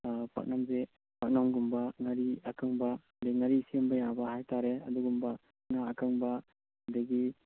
ꯄꯥꯛꯅꯝꯁꯦ ꯄꯥꯛꯅꯝꯒꯨꯝꯕ ꯉꯥꯔꯤ ꯑꯀꯪꯕ ꯑꯗꯩ ꯉꯥꯔꯤ ꯁꯦꯝꯕ ꯌꯥꯕ ꯍꯥꯏꯇꯔꯦ ꯑꯗꯨꯒꯨꯝꯕ ꯉꯥ ꯑꯀꯪꯕ ꯑꯗꯩꯒꯤ